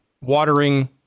watering